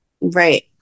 Right